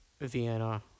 Vienna